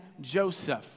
Joseph